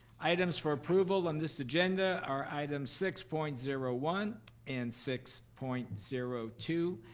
items for approval on this agenda are items six point zero one and six point zero two.